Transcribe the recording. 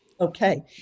Okay